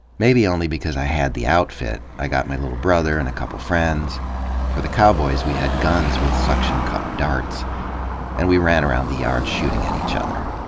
maybe only because i had the outfit, i got my little brother and a couple friends for the cowboys, we had guns with suction cup darts and we ran around the yard shooting at each other.